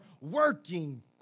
working